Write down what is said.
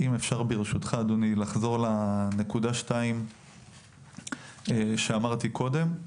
ברשותך, אדוני, אחזור לנקודות שהעליתי קודם.